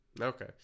Okay